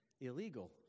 illegal